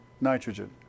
nitrogen